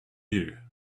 you